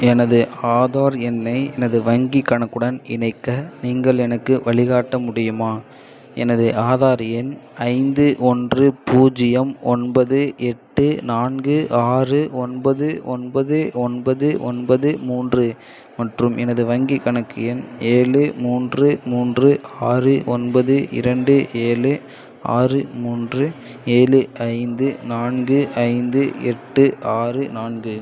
எனது ஆதார் எண்ணை எனது வங்கிக் கணக்குடன் இணைக்க நீங்கள் எனக்கு வழிகாட்ட முடியுமா எனது ஆதார் எண் ஐந்து ஒன்று பூஜ்ஜியம் ஒன்பது எட்டு நான்கு ஆறு ஒன்பது ஒன்பது ஒன்பது ஒன்பது மூன்று மற்றும் எனது வங்கிக் கணக்கு எண் ஏழு மூன்று மூன்று ஆறு ஒன்பது இரண்டு ஏழு ஆறு மூன்று ஏழு ஐந்து நான்கு ஐந்து எட்டு ஆறு நான்கு